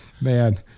Man